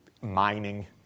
mining